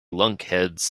lunkheads